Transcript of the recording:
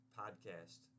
podcast